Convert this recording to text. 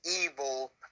evil